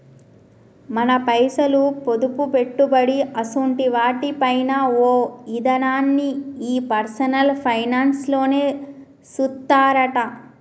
మన పైసలు, పొదుపు, పెట్టుబడి అసోంటి వాటి పైన ఓ ఇదనాన్ని ఈ పర్సనల్ ఫైనాన్స్ లోనే సూత్తరట